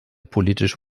politisch